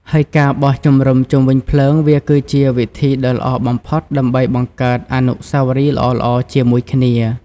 ហើយការបោះជំរំជុំវិញភ្លើងវាគឺជាវិធីដ៏ល្អបំផុតដើម្បីបង្កើតអនុស្សាវរីយ៍ល្អៗជាមួយគ្នា។